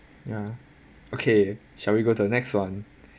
ya okay shall we go to the next one